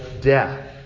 death